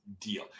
deal